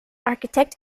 architect